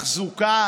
ותחזוקה